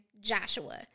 Joshua